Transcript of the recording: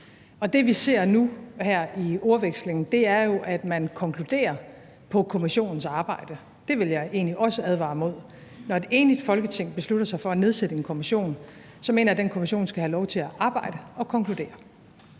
et. Det, vi ser nu her i ordvekslingen, er jo, at man konkluderer på kommissionens arbejde. Det vil jeg egentlig også advare mod. Når et enigt Folketing beslutter sig for at nedsætte en kommission, mener jeg, at den kommission skal have lov til at arbejde og konkludere.